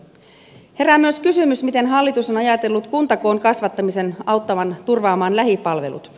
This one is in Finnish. herää myös kysymys miten hallitus on ajatellut kuntakoon kasvattamisen auttavan turvaamaan lähipalvelut